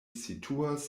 situas